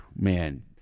man